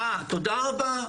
תודה רבה.